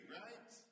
right